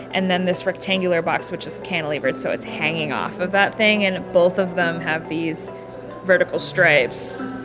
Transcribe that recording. and then this rectangular box which is cantilevered so it's hanging off of that thing. and both of them have these vertical stripes,